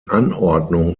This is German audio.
anordnung